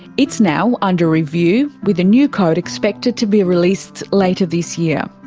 it's now under review, with the new code expected to be released later this year.